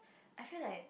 I feel like